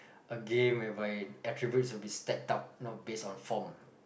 a game where by attributes will be stacked up not based on form